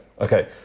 okay